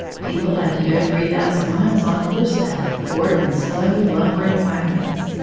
people had to go three thousand miles on horseback or in slow, lumbering wagons.